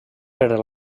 per